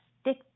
stick